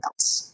else